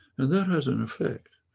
and that has an effect.